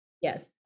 Yes